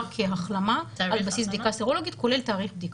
כהחלמה על בסיס בדיקה סרולוגית כולל תאריך בדיקה.